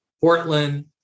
Portland